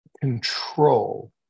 control